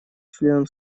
членам